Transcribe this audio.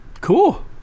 Cool